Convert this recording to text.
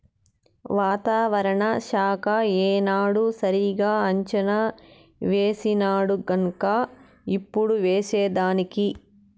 వాతావరణ శాఖ ఏనాడు సరిగా అంచనా వేసినాడుగన్క ఇప్పుడు ఏసేదానికి